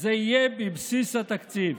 זה יהיה בבסיס התקציב".